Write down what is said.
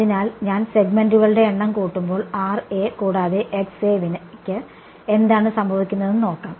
അതിനാൽ ഞാൻ സെഗ്മെന്റുകളുടെ എണ്ണം കൂട്ടുമ്പോൾ കൂടാതെ വിന് എന്താണ് സംഭവിക്കുന്നതെന്ന് നോക്കാം